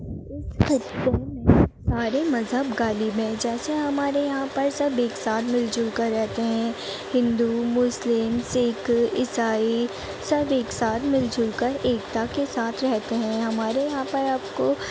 اس خطے میں سارے مذہب غالب ہیں جیسے ہمارے یہاں پر سب ایک ساتھ مل جل کر رہتے ہیں ہندو مسلم سکھ عیسائی سب ایک ساتھ مل جل کر ایکتا کے ساتھ رہتے ہیں ہمارے یہاں پر آپ کو